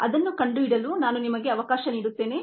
ಅದನ್ನು ಕಂಡುಹಿಡಿಯಲು ನಾನು ನಿಮಗೆ ಅವಕಾಶ ನೀಡುತ್ತೇನೆ